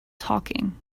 talking